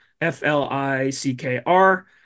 F-L-I-C-K-R